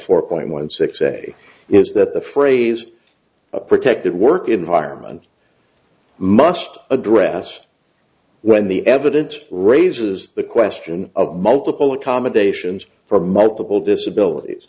four point one six say is that the phrase a protected work environment must address when the evidence raises the question of multiple accommodations for multiple disabilities